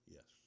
Yes